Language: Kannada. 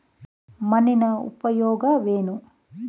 ಮಣ್ಣಿನ ಉಪಯೋಗವೇನು?